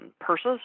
purses